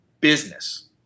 business